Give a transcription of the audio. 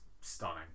stunning